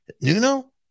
Nuno